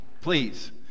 please